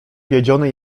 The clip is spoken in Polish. wiedziony